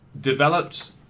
developed